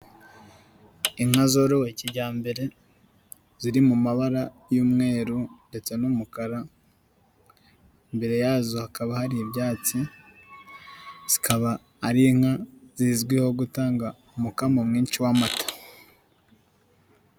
Inka zorowe kijyambere ziri mu mabara y'umweru ndetse n'umukara, imbere yazo hakaba hari ibyatsi, zikaba ari inka zizwiho gutanga umukamo mwinshi w'amata.